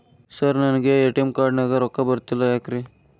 Sir ನನಗೆ ATM card ನಲ್ಲಿ ರೊಕ್ಕ ಬರತಿಲ್ಲ ಯಾಕ್ರೇ?